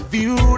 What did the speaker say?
View